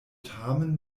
tamen